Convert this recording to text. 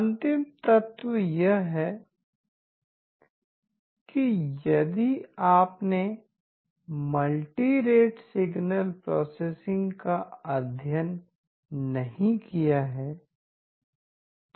अंतिम तत्व यह है कि यदि आपने मल्टी रेट सिग्नल प्रोसेसिंग का अध्ययन नहीं किया है तो क्या होगा